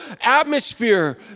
atmosphere